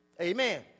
Amen